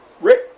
Rick